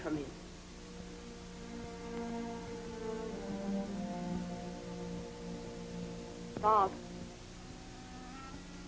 come